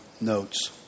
notes